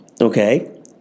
Okay